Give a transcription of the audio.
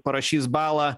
parašys balą